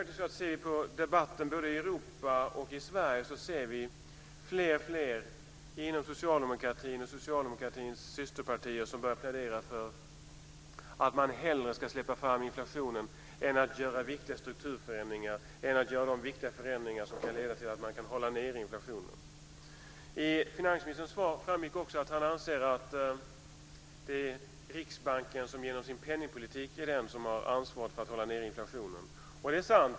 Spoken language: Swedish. I debatten både i Europa och i Sverige ser vi att fler och fler inom socialdemokratin och dess systerpartier börjar plädera för att man hellre ska släppa fram inflationen än göra de viktiga förändringar som kan leda till att man kan hålla nere inflationen. Av finansministerns svar framgick det också att han anser att det är Riksbanken som genom sin penningpolitik har ansvaret för att hålla nere inflationen. Det är sant.